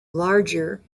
larger